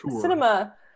cinema